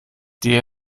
der